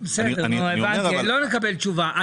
הבנתי, לא נקבל תשובה.